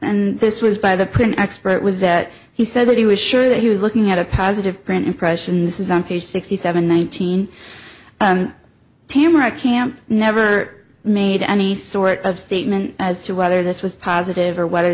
and this was by the print expert was that he said that he was sure that he was looking at a positive print impression this is on page sixty seven nineteen tamra camp never made any sort of statement as to whether this was positive or whether